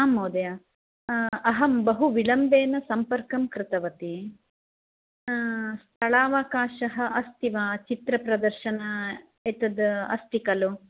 आम् महोदय अहं बहु विलम्बेन सम्पर्कं कृतवती स्थलावकाशः अस्ति वा चित्रप्रदर्शने एतद् अस्ति खलु